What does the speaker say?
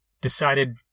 decided